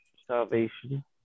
Salvation